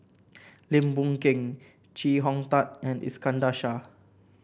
Lim Boon Keng Chee Hong Tat and Iskandar Shah